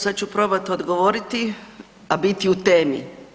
Sad ću probat odgovoriti, a biti u temi.